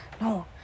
no